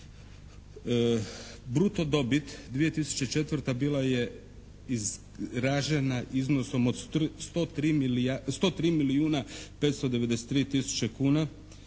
Bruto dobit 2004. bila je izražena iznosom od 103 milijuna 593 tisuće kuna